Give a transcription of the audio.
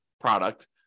product